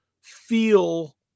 feel